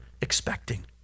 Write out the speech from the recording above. expecting